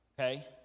Okay